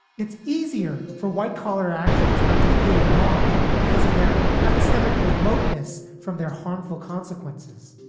it's easier for white collar actions not to feel wrong because of their epistemic remoteness from their harmful consequences.